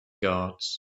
guards